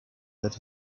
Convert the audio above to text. that